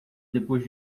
depois